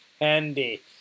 handy